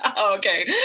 Okay